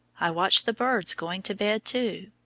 i watch the birds going to bed too.